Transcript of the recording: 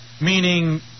meaning